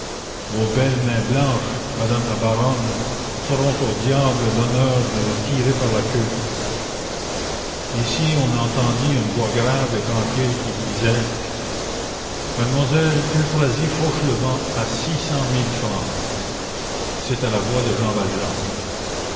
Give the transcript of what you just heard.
vos belles mains blanches madame la baronne feront au diable l'honneur de le tirer par la queue ici on entendit une voix grave et tranquille qui disait mademoiselle euphrasie fauchelevent a six cent mille francs c'était la voix de jean valjean